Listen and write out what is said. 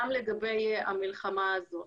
גם לגבי המלחמה הזאת.